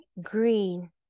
green